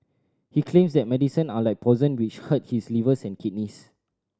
he claims that medicine are like poison which hurt his livers and kidneys